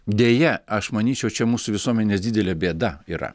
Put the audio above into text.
deja aš manyčiau čia mūsų visuomenės didelė bėda yra